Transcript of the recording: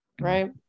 Right